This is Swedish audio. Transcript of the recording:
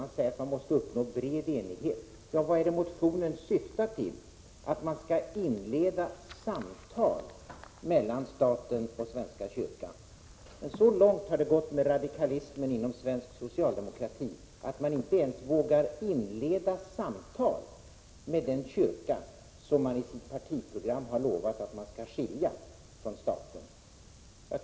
Man säger att man måste uppnå bred enighet. Och vad syftar då motionen till? Att man skall inleda samtal mellan staten och svenska kyrkan! Så långt har det gått med radikalismen inom svensk socialdemokrati att man inte ens vågar inleda samtal med den kyrka som man i sitt partiprogram har lovat att skilja från staten.